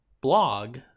blog